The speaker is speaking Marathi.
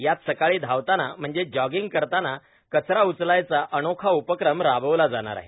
यात सकाळी धावताना म्हणजेच जॉगिंग करताना कचरा उचलायचा अनोखा उपक्रम राबवला जाणार आहे